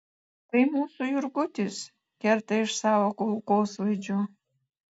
tai mūsų jurgutis kerta iš savo kulkosvaidžio